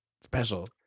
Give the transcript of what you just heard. special